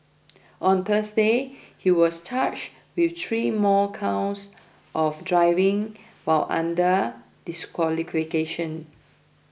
on Thursday he was charged with three more counts of driving while under disqualification